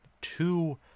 two